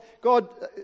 God